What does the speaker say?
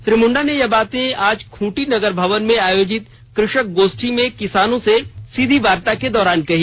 श्री मुंडा ने यह बातें आज खूंटी नगर भवन में आयोजित कृषक गोष्ठी में किसानों से सीधी वार्ता के दौरान कही